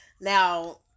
Now